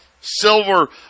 silver